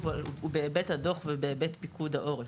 אבל הוא בהיבט הדוח ובהיבט פיקוד העורף.